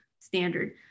standard